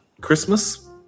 Christmas